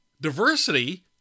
Diversity